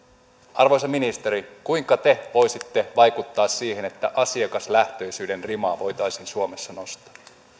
arvoisa ministeri kuinka te voisitte vaikuttaa siihen että asiakaslähtöisyyden rimaa voitaisiin suomessa nostaa